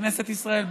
בכנסת ישראל,